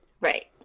Right